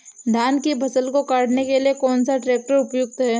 धान की फसल काटने के लिए कौन सा ट्रैक्टर उपयुक्त है?